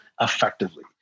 effectively